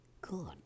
good